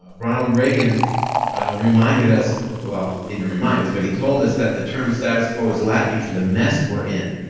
ah ronald reagan reminded us, well didn't remind us, but he told us that the term status quo is latin for the mess we're in.